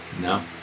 no